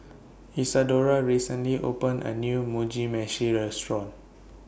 Isadora recently opened A New Mugi Meshi Restaurant